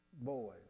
boys